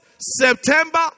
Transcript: September